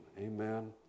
Amen